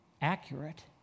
accurate